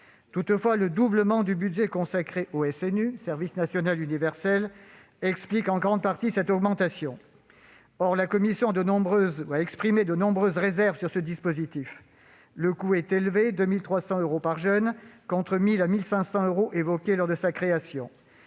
Toutefois, le doublement du budget consacré au service national universel (SNU) explique en grande partie cette augmentation. Or la commission a exprimé de nombreuses réserves sur ce dispositif. Le coût en est élevé : 2 300 euros par jeune, contre 1 000 à 1 500 euros évoqués lors de sa création.